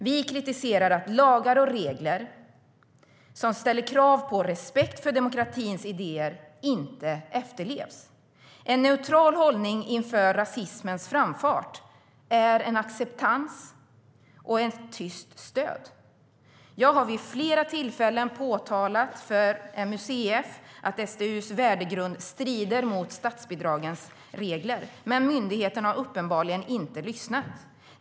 Vi kritiserar att lagar och regler som ställer krav på respekt för demokratins idéer inte efterlevs. En neutral hållning inför rasismens framfart är en acceptans och ett tyst stöd. Jag har vid flera tillfällen påtalat för MUCF att SDU:s värdegrund strider mot statsbidragets regler, men myndigheten har uppenbarligen inte lyssnat.